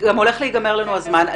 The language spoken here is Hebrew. הולך להיגמר לנו הזמן.